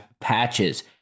Patches